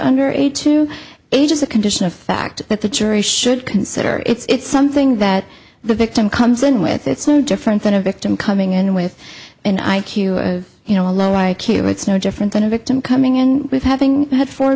under age to age is a condition of fact that the jury should consider it's something that the victim comes in with it's no different than a victim coming in with an i q of you know a low i q it's no different than a victim coming in with having had four